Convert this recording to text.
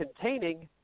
containing